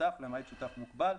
שותף למעט שותף מוגבל,